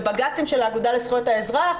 בבג"צים של האגודה לזכויות האזרח,